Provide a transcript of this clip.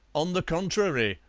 on the contrary,